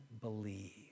believe